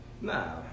nah